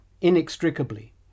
inextricably